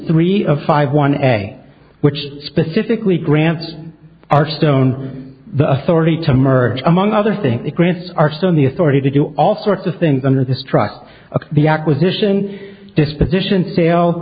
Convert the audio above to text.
three of five one a which specifically grants archstone the authority to merge among other things it grants are still in the authority to do all sorts of things under the structure of the acquisition disposition sale